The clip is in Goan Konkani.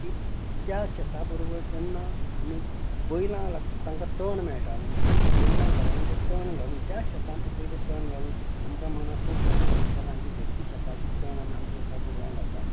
की त्या शेतां बरोबर तेन्ना आमी बैलां राख तांकां तण मेळटाले ते बैलांक घरां कडेन तें तण घालून शेता पिकयल्ले तण घालून आमकां मनांक खूब शास्व भोगतालें आमच्या घरची शेतांचे तण आमी आमच्या गोरवांक घालता म्हण